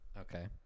Okay